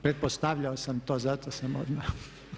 Pretpostavljao sam to zato sam odmah.